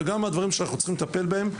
וגם מהדברים שאנחנו צריכים לטפל בהם,